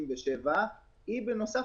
אני לא שמעתי --- זה מה שהם אמרו אתמול.